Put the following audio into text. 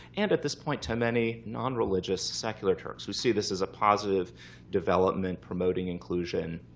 and at this point, to many non-religious secular turks who see this as a positive development promoting inclusion